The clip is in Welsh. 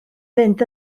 fynd